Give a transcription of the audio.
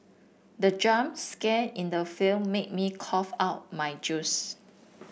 the jump scare in the film made me cough out my juice